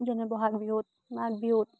যেনে বহাগ বিহুত মাঘ বিহুত